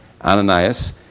Ananias